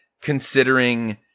considering